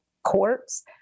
courts